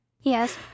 Yes